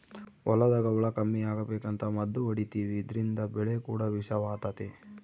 ಹೊಲದಾಗ ಹುಳ ಕಮ್ಮಿ ಅಗಬೇಕಂತ ಮದ್ದು ಹೊಡಿತಿವಿ ಇದ್ರಿಂದ ಬೆಳೆ ಕೂಡ ವಿಷವಾತತೆ